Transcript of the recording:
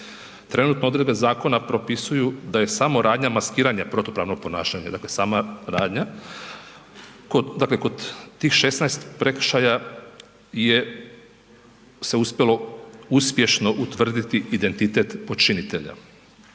Trenutne odredbe zakona propisuju da je samo radnja maskiranja protupravno ponašanje, dakle sama radnja. Dakle kod tih 16 prekršaja je se uspjelo uspješno utvrditi identitet počinitelja.